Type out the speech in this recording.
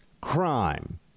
crime